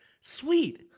Sweet